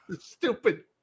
Stupid